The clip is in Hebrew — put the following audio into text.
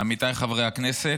עמיתיי חברי הכנסת,